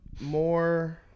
More